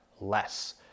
less